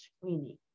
screening